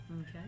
Okay